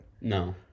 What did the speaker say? No